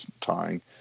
tying